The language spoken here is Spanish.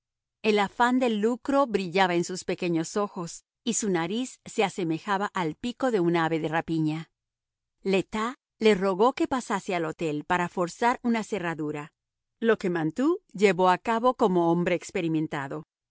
el afán del lucro brillaba en sus pequeños ojos y su nariz se asemejaba al pico de un ave de rapiña le tas le rogó que pasase al hotel para forzar una cerradura lo que mantoux llevó a cabo como hombre experimentado